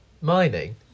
Mining